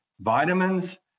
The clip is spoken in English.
vitamins